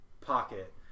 pocket